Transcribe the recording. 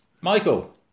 Michael